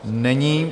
Není.